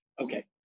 Okay